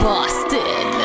Boston